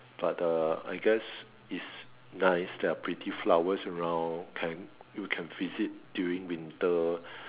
but uh I guess is nice there are pretty flowers around can you can visit during winter